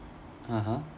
(uh huh)